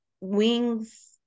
Wings